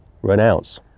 renounce